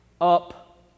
up